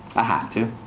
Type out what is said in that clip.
i have to.